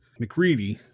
McReady